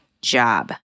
job